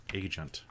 agent